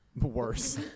worse